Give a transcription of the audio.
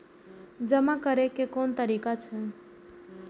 जमा करै के कोन तरीका छै?